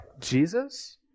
Jesus